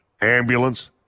ambulance